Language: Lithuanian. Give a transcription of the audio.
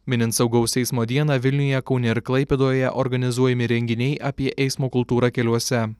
minint saugaus eismo dieną vilniuje kaune ir klaipėdoje organizuojami renginiai apie eismo kultūrą keliuose